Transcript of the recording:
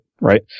right